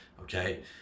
Okay